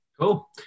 Cool